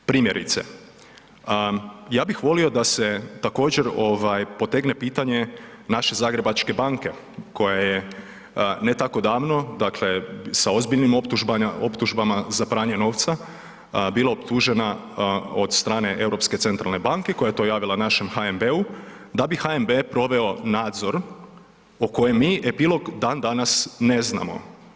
Primjerice, ja bih volio da se također, potegne pitanje naše Zagrebačke banke koja je ne tako davno, dakle sa ozbiljnim optužbama za pranje novca bila optužena od strane Europske centralne banke koja je to javila našem HNB-u da bi HNB proveo nadzor o kojem mi epilog dan-danas ne znamo.